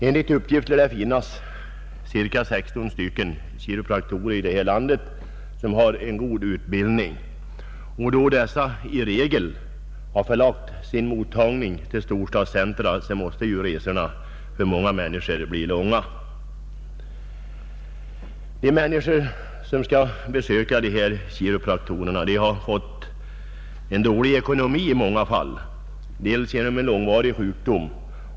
Enligt uppgift finns det 16 väl utbildade chiropraktorer här i landet, och de har i regel sina mottagningar i storstadscentra. Patienternas resor till en sådan chiropraktor blir därför i många fall långa. Ofta har dessa patienter också dålig ekonomi på grund av långvarig sjukdom.